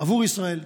עבור ישראל.